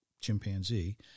chimpanzee